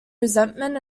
resentment